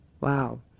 Wow